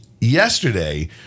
yesterday